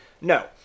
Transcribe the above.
No